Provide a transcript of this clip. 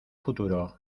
futuro